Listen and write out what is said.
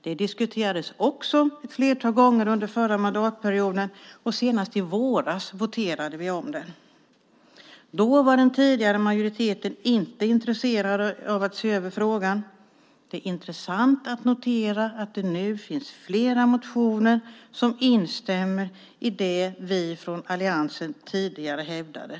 Det diskuterades också ett flertal gånger under förra mandatperioden, och senast i våras voterade vi om det. Då var den tidigare majoriteten inte intresserad av att se över frågan. Det är intressant att notera att det nu finns flera motioner som instämmer i det vi från alliansen tidigare hävdade.